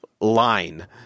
line